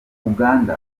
uganda